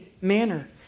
manner